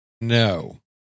No